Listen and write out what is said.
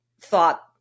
thought